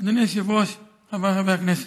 אדוני היושב-ראש, חבריי חברי הכנסת,